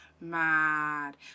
mad